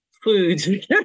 food